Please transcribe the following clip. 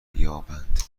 بیابند